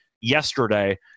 yesterday